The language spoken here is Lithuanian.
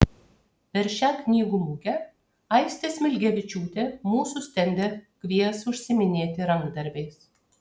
per šią knygų mugę aistė smilgevičiūtė mūsų stende kvies užsiiminėti rankdarbiais